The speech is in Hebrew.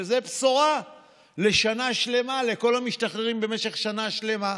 שזו בשורה לשנה שלמה לכל המשתחררים במשך שנה שלמה,